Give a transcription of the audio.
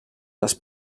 els